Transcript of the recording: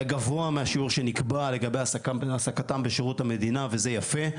גבוה מהשיעור שנקבע לגבי העסקתם בשירות המדינה וזה יפה.